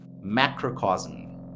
macrocosm